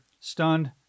stunned